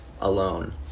alone